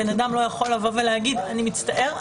בן אדם לא יכול לבוא ולהגיד: אני מצטער,